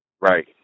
Right